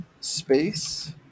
space